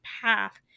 path